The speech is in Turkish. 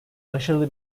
başarılı